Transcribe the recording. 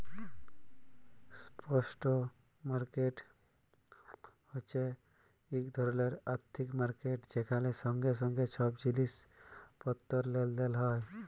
spot market হছে ইক ধরলের আথ্থিক মার্কেট যেখালে সঙ্গে সঙ্গে ছব জিলিস পত্তর লেলদেল হ্যয়